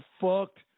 fucked